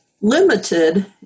limited